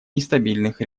нестабильных